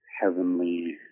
heavenly